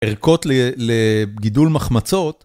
ערכות לגידול מחמצות.